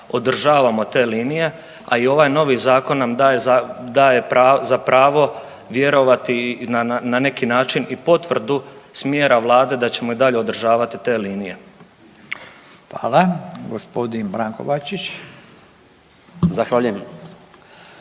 održavamo te linije, a i ovaj novi zakon nam daje za pravo vjerovati i na neki način i potvrdu smjera Vlade da ćemo i dalje održavati te linije. **Radin, Furio (Nezavisni)** Hvala.